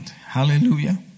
Hallelujah